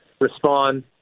respond